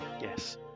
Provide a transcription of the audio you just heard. Yes